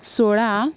सोळा